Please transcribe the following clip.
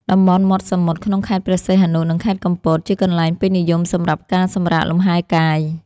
តំបន់មាត់សមុទ្រក្នុងខេត្តព្រះសីហនុ និងខេត្តកំពត ជាកន្លែងពេញនិយមសម្រាប់ការសម្រាកលំហែកាយ។